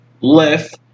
left